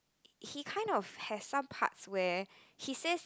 he kind of has some parts where he says